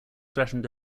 threatened